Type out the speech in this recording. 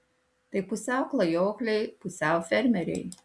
tai pusiau klajokliai pusiau fermeriai